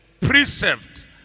Precept